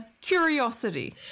curiosity